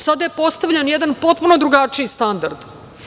Sada je postavljen jedan potpuno drugačiji standard.